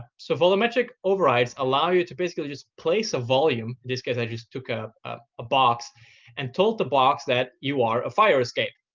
so volumetric overrides allow you to basically just place a volume in this case, i just took ah ah a box and told the box that you are a fire escape.